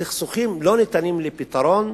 סכסוכים לא ניתנים לפתרון,